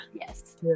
Yes